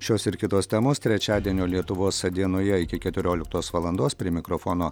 šios ir kitos temos trečiadienio lietuvos dienoje iki keturioliktos valandos prie mikrofono